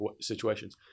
situations